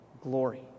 glory